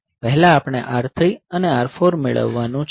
પહેલા આપણે R3 અને R4 મેળવવાનું છે